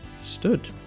Stood